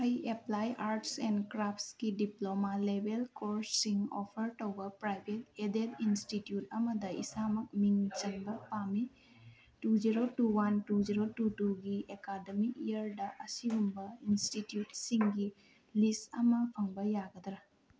ꯑꯩꯒꯤ applied art and ꯀ꯭ꯔꯥꯐꯁꯀꯤ diploma ꯂꯦꯕꯦꯜ ꯀꯣꯔꯁꯁꯤꯡ ꯑꯣꯐꯔ ꯇꯧꯕ ꯄ꯭ꯔꯥꯏꯕꯦꯠ ꯑꯦꯗꯦꯠ ꯏꯟꯁꯇꯤꯇ꯭ꯌꯨꯠ ꯑꯃꯗ ꯏꯁꯥꯃꯛ ꯃꯤꯡ ꯆꯟꯕ ꯄꯥꯝꯃꯤ two zero two one two zero two ꯇꯨꯒꯤ ꯑꯦꯀꯥꯗꯃꯤꯛ ꯏꯌꯔꯗ ꯑꯁꯤꯒꯨꯝꯕ ꯏꯟꯁꯇꯤꯇ꯭ꯌꯨꯠꯁꯤꯡꯒꯤ ꯂꯤꯁ ꯑꯃ ꯐꯪꯕ ꯌꯥꯒꯗ꯭ꯔꯥ